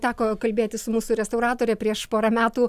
teko kalbėtis su mūsų restauratore prieš porą metų